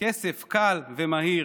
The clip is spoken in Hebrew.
כסף קל ומהיר.